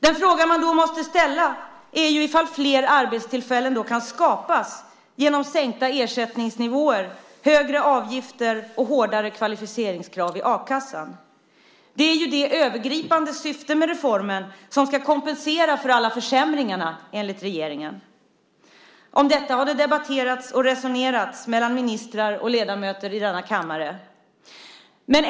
Den fråga man måste ställa är om flera arbetstillfällen kan skapas genom sänkta ersättningsnivåer, högre avgifter och hårdare kvalificeringskrav i a-kassan. Det är det övergripande syftet med reformen som ska kompensera för alla försämringarna, enligt regeringen. Om detta har det debatterats och resonerats mellan ministrar och ledamöter i denna kammare.